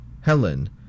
helen